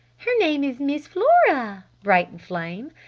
her name is miss flora! brightened flame.